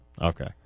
okay